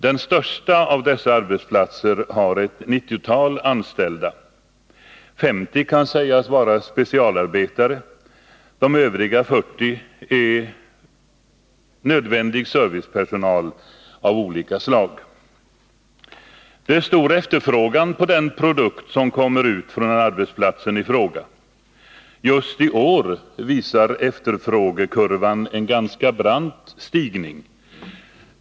Den största av dessa arbetsplatser har ett nittiotal anställda. 50 kan sägas vara specialarbetare. De övriga 40 är nödvändig servicepersonal av olika slag. Det är stor efterfrågan på den produkt som kommer ut från arbetsplatsen i fråga. Just i år visar efterfrågekurvan en ganska brant stigning.